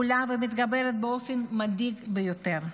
עולה ומתגברת באופן מדאיג ביותר.